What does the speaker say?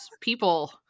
people